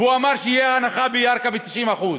והוא אמר שתהיה הנחה בירכא ב-90%.